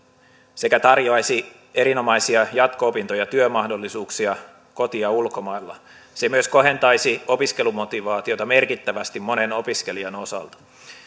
sekä tarjoaisi erinomaisia jatko opinto ja työmahdollisuuksia koti ja ulkomailla se myös kohentaisi opiskelumotivaatiota merkittävästi monen opiskelijan osalta